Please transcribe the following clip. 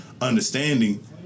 understanding